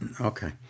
Okay